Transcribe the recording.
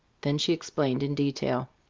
then she explained in detail.